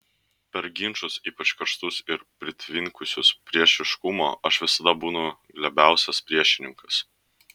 per ginčus ypač karštus ir pritvinkusius priešiškumo aš visada būnu glebiausias priešininkas